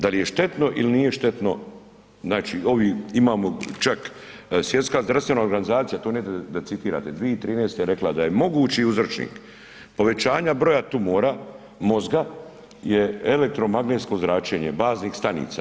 Dal' je štetno ili nije štetno, znači, ovi, imamo čak Svjetska zdravstvena organizacija, to ... da citirate, 2013.-te je rekla da je mogući uzročnik povećanja broja tumora mozga je elektromagnetsko zračenje baznih stanica.